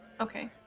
Okay